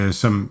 som